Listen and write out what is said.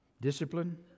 Discipline